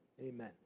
Amen